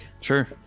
Sure